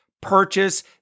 purchase